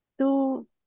two